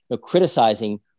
criticizing